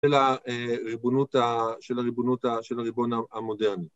של הריבונות, של הריבון המודרני.